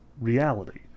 reality